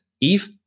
Eve